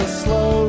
slow